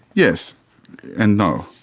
yes and no.